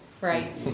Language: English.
right